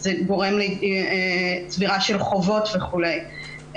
זה גורם לצבירה של חובות וכולי.